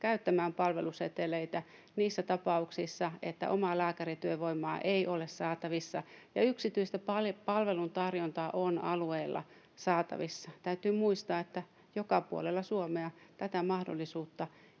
käyttämään palveluseteleitä niissä tapauksissa, että omaa lääkärityövoimaa ei ole saatavissa ja yksityistä palvelutarjontaa on alueilla saatavissa. Täytyy muistaa, että joka puolella Suomea tätä mahdollisuutta